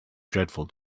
dreadful